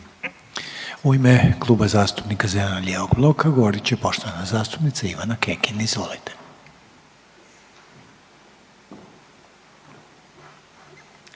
U ime Kluba zastupnika zeleno-lijevog bloka govorit će poštovana zastupnica Jelena Miloš. Izvolite.